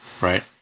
right